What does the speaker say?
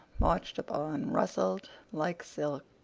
marched upon, rustled like silk.